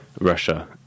Russia